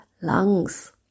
lungs